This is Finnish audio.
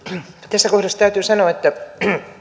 tässä kohdassa täytyy sanoa että